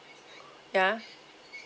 ya